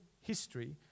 history